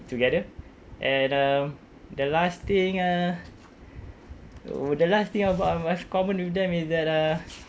together and um the last thing uh wo~ the last thing of um I've common with them is that uh